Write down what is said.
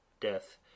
death